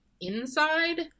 inside